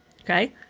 Okay